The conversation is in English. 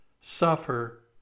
suffer